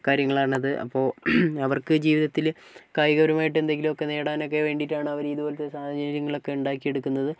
കാര്യങ്ങളാണത് അപ്പോൾ അവർക്ക് ജീവിതത്തിൽ കായികപരമായിട്ട് എന്തെങ്കിലുമൊക്കെ നേടാനൊക്കെ വേണ്ടിയിട്ടാണ് അവർ ഇതുപോലത്തെ സാഹചര്യങ്ങളൊക്കെ ഉണ്ടാക്കി എടുക്കുന്നത്